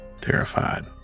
terrified